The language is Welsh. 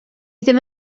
ddim